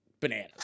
bananas